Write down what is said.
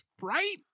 Right